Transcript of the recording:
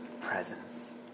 presence